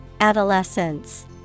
Adolescence